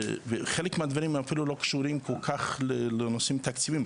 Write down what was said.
וחלק מהדברים אפילו לא קשורים כל-כך לנושאים תקציביים,